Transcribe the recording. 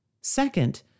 Second